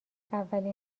اولین